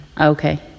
Okay